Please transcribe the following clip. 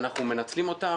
שאנחנו מנצלים אותם.